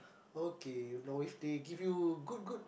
okay know is that give you good good